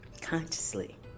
consciously